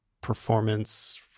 performance